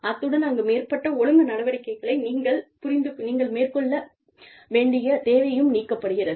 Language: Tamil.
அத்துடன் அங்கு மேற்பட்ட ஒழுங்கு நடவடிக்கைகளை நீங்கள் மேற்கொள்ள வேண்டிய தேவையும் நீக்கப்படுகிறது